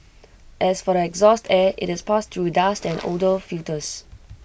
as for the exhaust air IT is passed through dust and odour filters